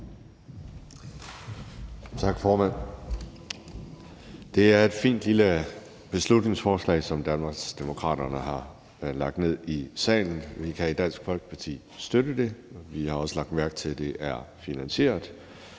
Tak, formand. Det er et fint lille beslutningsforslag, som Danmarksdemokraterne har lagt ned i salen. Vi kan i Dansk Folkeparti støtte det. Vi har også lagt mærke til, at det er finansieret.